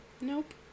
Nope